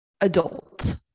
adult